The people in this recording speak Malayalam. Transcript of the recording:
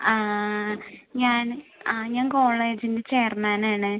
ആ ആ ആ ഞാൻ ആ ഞാൻ കോളേജിൻ്റെ ചെയർമാനാണ്